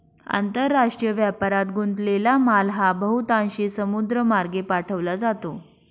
आंतरराष्ट्रीय व्यापारात गुंतलेला माल हा बहुतांशी समुद्रमार्गे पाठवला जातो